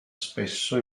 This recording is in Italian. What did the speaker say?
spesso